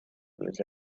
was